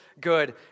good